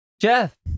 Jeff